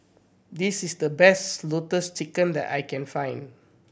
this is the best Lotus Leaf Chicken that I can find